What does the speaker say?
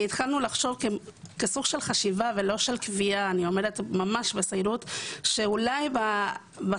והתחלנו לחשוב לא כסוג של חשיבה ולא של קביעה שאולי בסוג